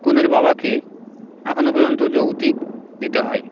কনের বাবাকে এখনও পর্যন্ত যৌতুক দিতে হয়